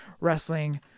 Wrestling